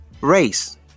Race